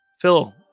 Phil